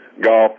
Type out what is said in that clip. golf